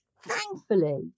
Thankfully